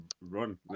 run